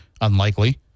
unlikely